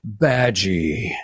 Badgie